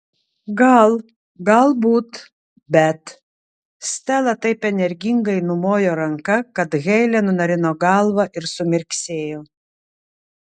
gal galbūt bet stela taip energingai numojo ranka kad heile nunarino galvą ir sumirksėjo